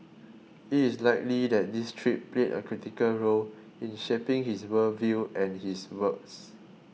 it is likely that this trip played a critical role in shaping his world view and his works